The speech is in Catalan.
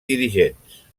dirigents